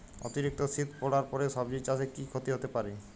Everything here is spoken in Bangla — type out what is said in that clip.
অতিরিক্ত শীত পরার ফলে সবজি চাষে কি ক্ষতি হতে পারে?